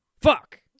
Fuck